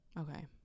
Okay